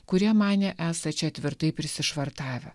kurie manė esą čia tvirtai prisišvartavę